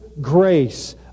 grace